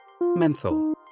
Menthol